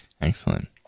Excellent